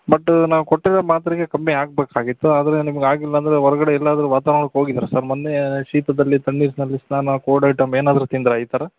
but ನಾವು ಕೊಟ್ಟಿರೋ ಮಾತ್ರೆಗೆ ಕಮ್ಮಿ ಆಗಬೇಕಾಗಿತ್ತು ಆದರೆ ನಿಮಗೆ ಆಗಿಲ್ಲ ಅಂದರೆ ಹೊರ್ಗಡೆ ಎಲ್ಲಾದರೂ ವಾತಾವರ್ಣಕ್ಕೆ ಹೋಗಿದಿರ ಸರ್ ಮೊನ್ನೆ ಶೀತದಲ್ಲಿ ತಣ್ಣೀರಿನಲ್ಲಿ ಸ್ನಾನ ಕೋಲ್ಡ್ ಐಟಮ್ ಏನಾದರೂ ತಿಂದಿರಾ ಈ ಥರ